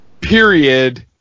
period